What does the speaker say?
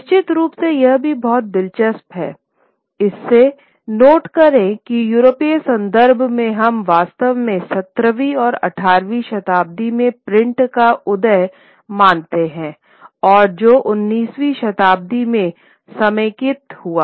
निश्चित रूप से यह भी बहुत दिलचस्प है इससे नोट करें कि यूरोपीय संदर्भ में हम वास्तव में सत्रहवीं और अठारहवीं शताब्दी में प्रिंट का उदय मानते हैं और जो उन्नीसवीं शताब्दी में समेकित हुआ